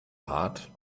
hart